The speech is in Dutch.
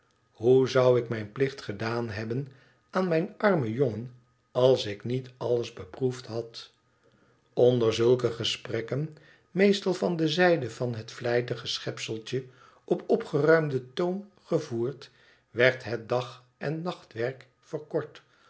hoe zou ik mijn plicht gedaan hebben aan mijn armen jongen als ik niet alles beproefd had onder zulke gesprekken meestal van de zijde van het vlijtige schepseltje op opgeruimden toon gevoerd werd het dag en nachtwerk verkort